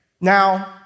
Now